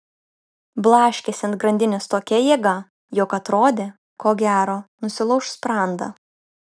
blaškėsi ant grandinės tokia jėga jog atrodė ko gero nusilauš sprandą